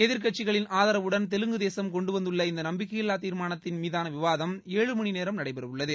எதிர்க்கட்சிகளின் ஆதரவுடன் தெலுங்குதேசம் கொண்டுவந்துள்ள இந்த நம்பிக்கையில்லா தீர்மானத்தின் விவாதம் ஏழு மணி நேரம் நடைபெறவுள்ளது